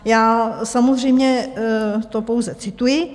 Já samozřejmě to pouze cituji.